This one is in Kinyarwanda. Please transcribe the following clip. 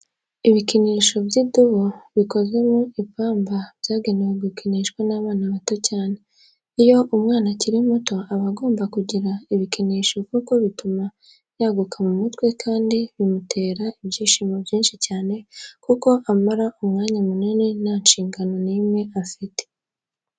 Ibikinisho by'idubu bikoze mu ipamba byagenewe gukinishwa n'abana bato cyane. Iyo umwana akiri muto aba agomba kugira ibikinisho kuko bituma yaguka mu mutwe kandi bimutera ibyishimo byinshi cyane kuko amara umwanya munini nta nshingano n'imwe afite.